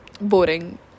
boring